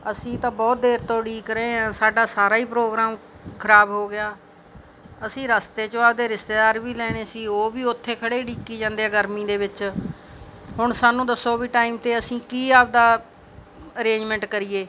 ਅਸੀਂ ਤਾਂ ਬਹੁਤ ਦੇਰ ਤੋਂ ਉਡੀਕ ਰਹੇ ਹਾਂ ਸਾਡਾ ਸਾਰਾ ਹੀ ਪ੍ਰੋਗਰਾਮ ਖਰਾਬ ਹੋ ਗਿਆ ਅਸੀਂ ਰਸਤੇ ਚੋਂ ਆਪਣੇ ਰਿਸ਼ਤੇਦਾਰ ਵੀ ਲੈਣੇ ਸੀ ਉਹ ਵੀ ਉੱਥੇ ਖੜ੍ਹੇ ਉਡੀਕੀ ਜਾਂਦੇ ਆ ਗਰਮੀ ਦੇ ਵਿੱਚ ਹੁਣ ਸਾਨੂੰ ਦੱਸੋ ਵੀ ਟਾਈਮ 'ਤੇ ਅਸੀਂ ਕੀ ਆਪਣਾ ਅਰੇਂਜਮੈਂਟ ਕਰੀਏ